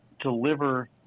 deliver